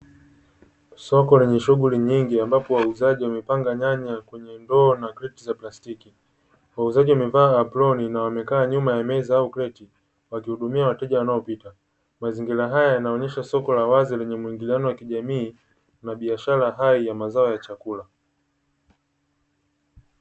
Soko lenye shughuli nyingi ambapo wauzaji wamepanga nyanya kweny ndoo na kreti za plastiki. Wauzaji wamevaa aproni na wamekaa nyuma ya meza au kreti, wakihudumia wateja wanaopita. Mazingira haya yanaonesha soko la wazi lenye muingilianao wa kijamii na biashara hai ya mazao ya chakula.